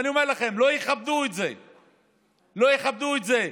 ואני אומר לכם: לא יכבדו את זה.